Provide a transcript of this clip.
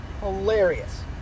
hilarious